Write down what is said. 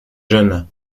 jeunes